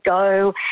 go